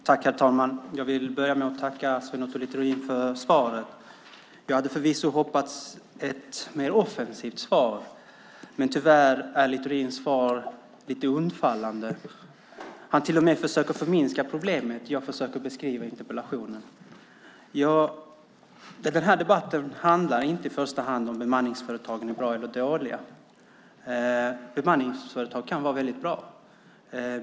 Herr talman! Jag vill börja med att tacka Sven Otto Littorin för svaret. Jag hade förvisso hoppats på ett mer offensivt svar, men tyvärr är Littorins svar lite undfallande. Han till och med försöker förminska det problem jag beskriver i interpellationen. Den här debatten handlar inte i första hand om huruvida bemanningsföretagen är bra eller dåliga. Bemanningsföretag kan vara väldigt bra.